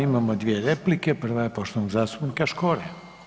Imamo dvije replike, prva je poštovanog zastupnika Škore.